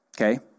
okay